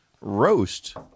Roast